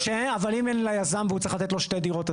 אבל אם אין ליזם והוא צריך לתת לו שתי דירות,